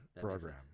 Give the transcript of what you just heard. program